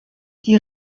die